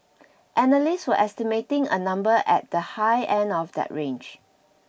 analysts were estimating a number at the high end of that range